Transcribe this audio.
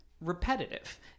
repetitive